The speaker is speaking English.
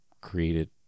created